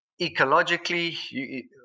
ecologically